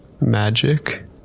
Magic